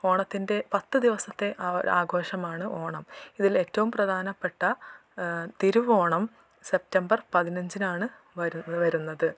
ഓണത്തിൻ്റെ പത്ത് ദിവസത്തെ ആഘോഷമാണ് ഓണം ഇതിൽ ഏറ്റവും പ്രധാനപ്പെട്ട തിരുവോണം സെപ്റ്റംബർ പതിനഞ്ചിനാണ് വരു വരുന്നത്